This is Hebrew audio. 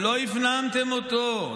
שלא הפנמתם אותו.